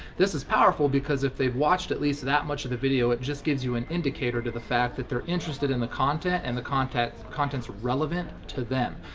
this is powerful because if they've watched at least that much of the video, it just gives you an indicator to the fact that they're interested in the content, and the contents contents relevant to them.